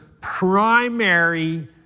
primary